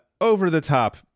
over-the-top